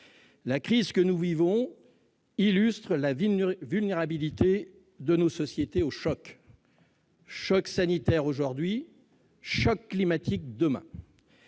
La crise que nous vivons illustre la vulnérabilité de nos sociétés aux chocs, choc sanitaire aujourd'hui, choc climatique demain.